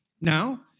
Now